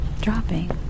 dropping